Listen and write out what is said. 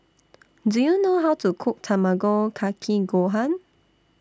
Do YOU know How to Cook Tamago Kake Gohan